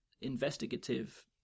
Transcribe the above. investigative